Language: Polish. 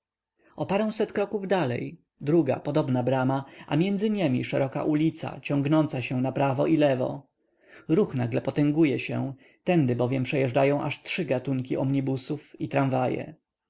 paręset kroków dalej druga podobna brama a między niemi szeroka ulica ciągnąca się naprawo i lewo ruch nagle potęguje się tędy bowiem przejeżdżają aż trzy gatunki omnibusów i